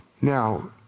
Now